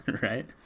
right